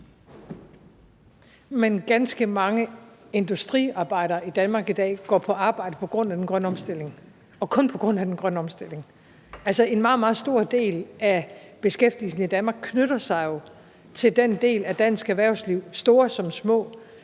Men ganske mange industriarbejdere i Danmark i dag går på arbejde på grund af den grønne omstilling og kun på grund af den grønne omstilling. Altså, en meget, meget stor del af beskæftigelsen i Danmark knytter sig jo til den del af dansk erhvervsliv, store som små